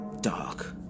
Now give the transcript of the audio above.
dark